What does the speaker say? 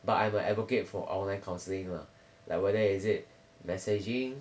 but I will advocate for online counselling lah like whether is it messaging